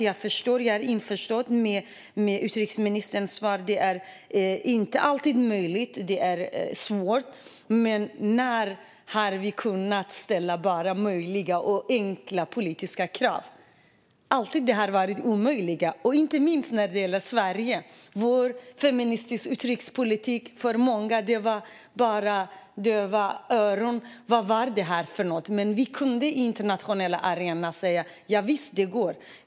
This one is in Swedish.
Jag är införstådd med utrikesministerns svar. Det är inte alltid möjligt. Det är svårt. Men när har vi bara kunnat ställa möjliga och enkla politiska krav? De har alltid varit omöjliga. Inte minst gällde det Sveriges feministiska utrikespolitik, där många slog dövörat till och undrade vad det var för något. Men på den internationella arenan kunde vi visa: Javisst, det går!